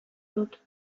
dut